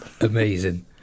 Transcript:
Amazing